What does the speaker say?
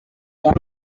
one